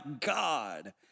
God